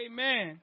Amen